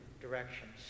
directions